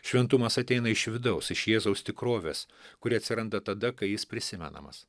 šventumas ateina iš vidaus iš jėzaus tikrovės kuri atsiranda tada kai jis prisimenamas